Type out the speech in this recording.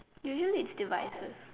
usually it's devices